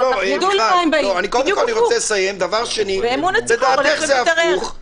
יידעו למה הם באים, ואמון הציבור הולך ומתערער.